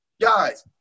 Guys